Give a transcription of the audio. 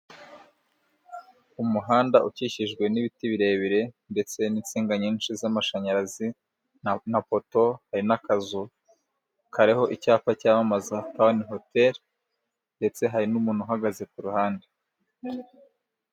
Umuhanda ukikijwe n'ibiti birebire ndetse n'insinga, nyinshi z'amashanyarazi na mapoto, hari n'akazuvu kariho icyapa cyamamaza tawuni hoteri, ndetse hari n'umuntu uhagaze kuruhande.